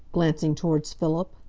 glancing towards philip.